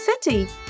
City